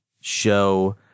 show